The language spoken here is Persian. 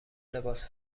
لباس